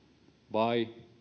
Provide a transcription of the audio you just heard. vai